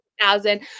thousand